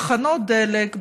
תחנות דלק,